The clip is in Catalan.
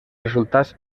resultats